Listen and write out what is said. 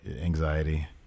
anxiety